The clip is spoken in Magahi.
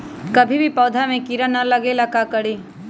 कभी भी पौधा में कीरा न लगे ये ला का करी?